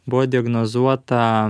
buvo diagnozuota